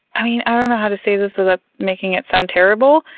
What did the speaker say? i don't know how to say this without making it sound terrible.